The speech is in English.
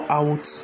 out